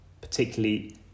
particularly